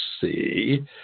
see